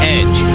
Edge